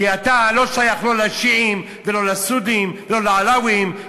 כי אתה לא שייך לא לשיעים ולא לסונים ולא לעלאווים,